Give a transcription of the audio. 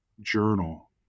journal